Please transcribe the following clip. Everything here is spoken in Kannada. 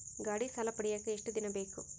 ಗಾಡೇ ಸಾಲ ಪಡಿಯಾಕ ಎಷ್ಟು ದಿನ ಬೇಕು?